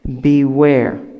Beware